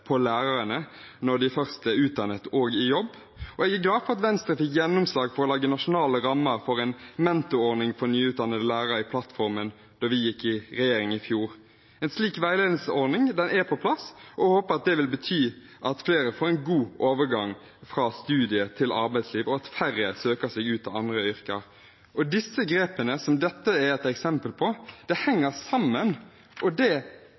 på lærerne når de først er utdannet og i jobb. Jeg er derfor glad for at Venstre fikk gjennomslag for å lage nasjonale rammer for en mentorordning for nyutdannede lærere i plattformen da vi gikk i regjering i fjor. En slik veiledningsordning er på plass, og jeg håper det vil bety at flere får en god overgang fra studier til arbeidsliv, og at færre søker seg til andre yrker. Disse grepene, som dette er et eksempel på, henger sammen, og det